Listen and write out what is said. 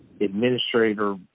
Administrator